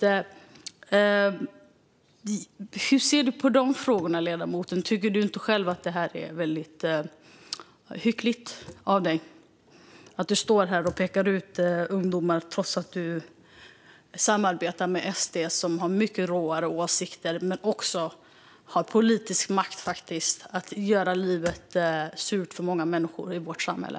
Hur ser du på dessa frågor, ledamoten? Tycker du inte själv att det är hyckleri att du står här och pekar ut ungdomar trots att du samarbetar med SD, som har mycket råare åsikter och faktiskt också har politisk makt att göra livet surt för många människor i vårt samhälle?